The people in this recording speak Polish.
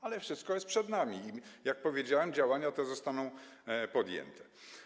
Ale wszystko jest przed nami i, jak powiedziałem, działania te zostaną podjęte.